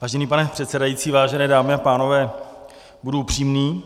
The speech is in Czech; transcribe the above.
Vážený pane předsedající, vážené dámy a pánové, budu upřímný.